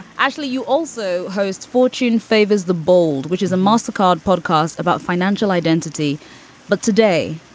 ashley, you also host fortune favors the bold, which is a mastercard podcast about financial identity but today,